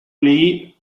lee